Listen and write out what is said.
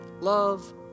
love